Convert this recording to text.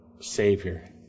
Savior